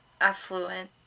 affluent